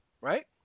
Right